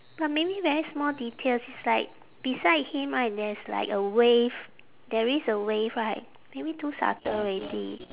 but maybe very small details it's like beside him right there's like a wave there is a wave right maybe too subtle already